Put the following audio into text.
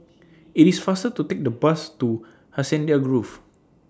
IT IS faster to Take The Bus to Hacienda Grove